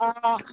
অঁ অঁ